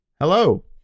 Hello